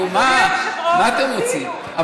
נו, מה אתם רוצים?